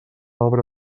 obra